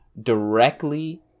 directly